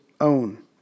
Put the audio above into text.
own